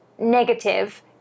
Negative